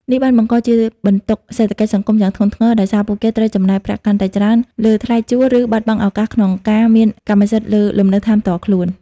នេះបានបង្កជាបន្ទុកសេដ្ឋកិច្ចសង្គមយ៉ាងធ្ងន់ធ្ងរ ដោយសារពួកគេត្រូវចំណាយប្រាក់កាន់តែច្រើនលើថ្លៃជួល ឬបាត់បង់ឱកាសក្នុងការមានកម្មសិទ្ធិលើលំនៅឋានផ្ទាល់ខ្លួន។